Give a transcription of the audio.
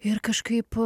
ir kažkaip